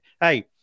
hey